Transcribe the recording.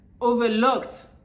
overlooked